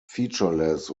featureless